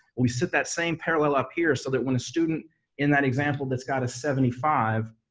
we set that same parallel up here so that when a student in that example that's got a seventy five,